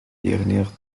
dernière